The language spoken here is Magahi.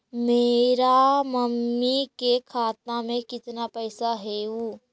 मेरा मामी के खाता में कितना पैसा हेउ?